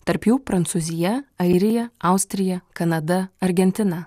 tarp jų prancūzija airija austrija kanada argentina